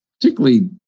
particularly